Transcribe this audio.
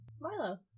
Milo